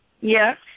Yes